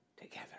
Together